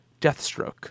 Deathstroke